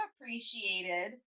appreciated